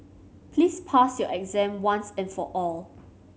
please pass your exam once and for all